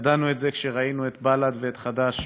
ידענו את זה כשראינו את בל"ד ואת חד"ש